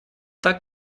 так